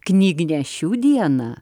knygnešių diena